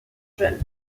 jeune